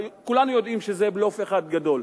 כולנו יודעים שזה בלוף אחד גדול.